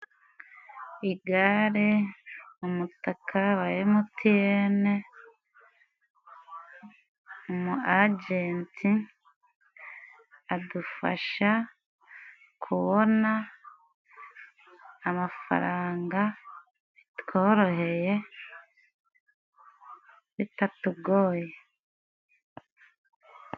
Igare, umutaka wa emutiyene, umu ajenti adufasha kubona amafaranga bitworoheye bitatugoye.